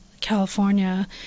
California